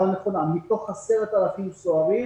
מתוך 10,000 סוהרים